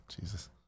Jesus